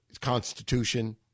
constitution